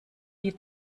die